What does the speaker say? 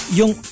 yung